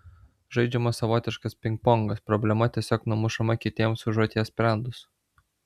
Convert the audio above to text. žaidžiamas savotiškas pingpongas problema tiesiog numušama kitiems užuot ją sprendus